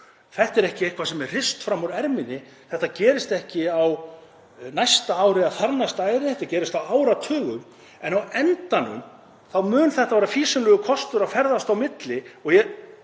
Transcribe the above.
Þetta er ekki eitthvað sem er hrist fram úr erminni. Þetta gerist ekki á næsta ári eða þarnæsta, þetta gerist á áratugum, en á endanum mun þetta vera fýsilegur kostur til að ferðast á milli og ég